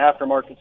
aftermarket